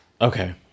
Okay